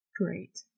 Great